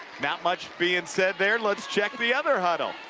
not much being said there, let's check the other huddle.